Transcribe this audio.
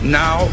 now